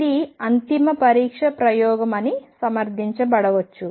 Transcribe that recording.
ఇది అంతిమ పరీక్ష ప్రయోగం అని సమర్థించబడవచ్చు